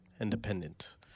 Independent